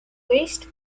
waste